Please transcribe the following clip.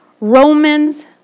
Romans